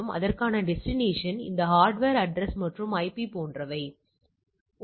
எனவே இந்த எளிய வினாவினைப் பார்ப்போம் புரிந்து மட்டும் கொள்ளுங்கள்